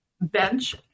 bench